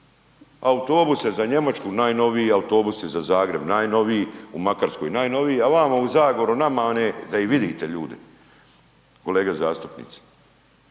autobuse za Njemačku najnoviji, autobusi za Zagreb najnoviji, u Makarskoj najnoviji, a vamo u Zagoru nama one da ih vidite ljudi kolege zastupnici